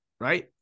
right